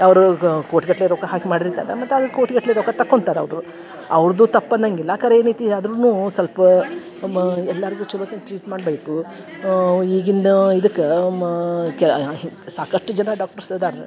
ಅವರು ಕೋಟಿಗಟ್ಟಲೆ ರೊಕ್ಕ ಹಾಕಿ ಮಾಡಿರ್ತಾರೆ ಮತ್ತು ಕೋಟಿಗಟ್ಟಲೆ ರೊಕ್ಕ ತಕೊಂತಾರ ಅವರು ಅವ್ರ್ದು ತಪ್ಪು ಅನ್ನಂಗಿಲ್ಲ ಖರೆ ಏನೈತಿ ಆದರೂನು ಸ್ವಲ್ಪ ಮ ಎಲ್ಲಾರಿಗು ಚಲೋ ಟ್ರೀಟ್ ಮಾಡಬೇಕು ಈಗಿನ ಇದಕ ಮ ಕ್ಯಾ ಸಾಕಷ್ಟು ಜನ ಡಾಕ್ಟರ್ಸ್ ಇದಾರೆ